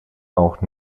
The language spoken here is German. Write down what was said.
auch